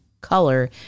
color